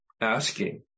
Asking